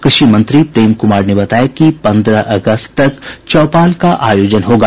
कृषि मंत्री प्रेम कुमार ने बताया कि पंद्रह अगस्त तक चौपाल का आयोजन होगा